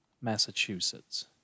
Massachusetts